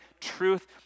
truth